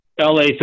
LA